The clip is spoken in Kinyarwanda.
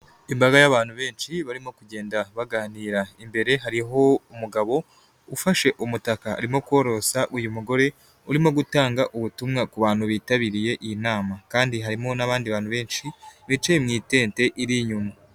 Imbaga y'abantu benshi barimo kugenda baganira imbere hariho umugabo ufashe umutaka arimo korosa uyu mugore urimo gutanga ubutumwa ku bantu bitabiriye iyi nama kandi harimo n'abandi bantu benshi bicaye mu itente iri inyuma.